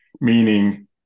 meaning